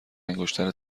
انگشتر